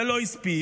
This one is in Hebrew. זה לא הספיק